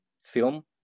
film